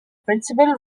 principal